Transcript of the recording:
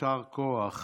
יישר כוח